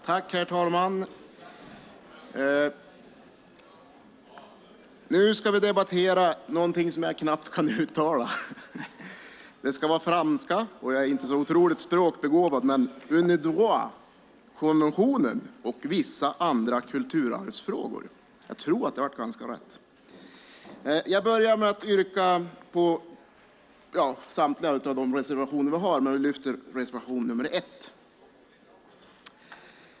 Herr talman! Nu ska vi debattera Unidroit-konventionen och vissa andra kulturarvsfrågor. Jag står bakom samtliga våra reservationer, men yrkar bifall till reservation 1.